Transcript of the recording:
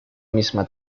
misma